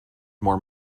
more